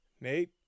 Nate